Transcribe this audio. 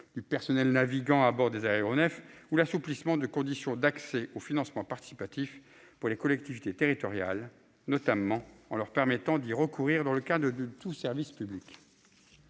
du personnel navigant à bord des aéronefs ou l'assouplissement de conditions d'accès au financement participatif pour les collectivités territoriales, notamment en leur permettant d'y recourir dans le cadre de tout service public.